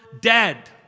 dead